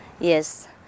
Yes